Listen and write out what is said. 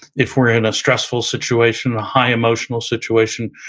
if we're in a stressful situation, on a high emotional situation,